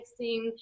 texting